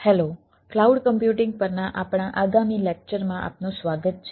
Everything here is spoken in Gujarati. હેલો ક્લાઉડ કમ્પ્યુટિંગ છે